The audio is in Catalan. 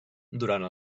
durant